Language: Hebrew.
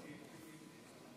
(חברי הכנסת מכבדים בקימה